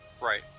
Right